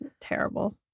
terrible